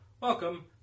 welcome